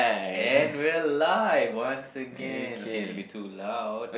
and we'll live once again okay it's a bit too loud